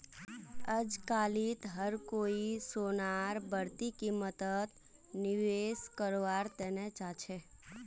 अजकालित हर कोई सोनार बढ़ती कीमतत निवेश कारवार तने चाहछै